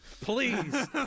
Please